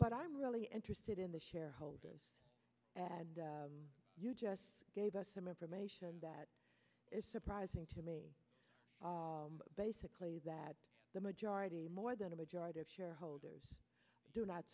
but i really interested in the shareholders and you just gave us some information that is surprising to me basically that the majority more than a majority of shareholders do not